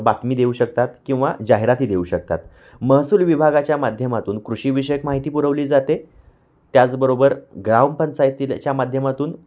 बातमी देऊ शकतात किंवा जाहिराती देऊ शकतात महसूल विभागाच्या माध्यमातून कृषीविषयक माहिती पुरवली जाते त्याचबरोबर ग्रामपंचायतीच्या माध्यमातून